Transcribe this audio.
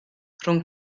rhwng